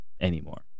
anymore